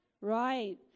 Right